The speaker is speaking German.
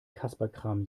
kasperkram